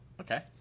Okay